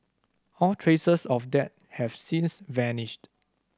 all traces of that have since vanished